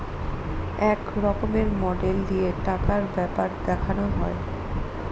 এক রকমের মডেল দিয়ে টাকার ব্যাপার দেখানো হয়